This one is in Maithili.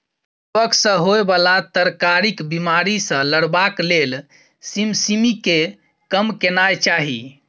कवक सँ होए बला तरकारीक बिमारी सँ लड़बाक लेल सिमसिमीकेँ कम केनाय चाही